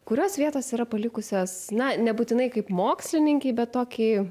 kurios vietos yra palikusios na nebūtinai kaip mokslininkei bet tokį